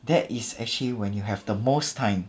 that is actually when you have the most time